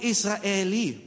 Israeli